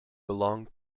belong